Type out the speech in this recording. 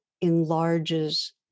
enlarges